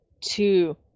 two